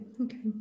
Okay